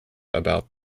about